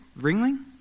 Ringling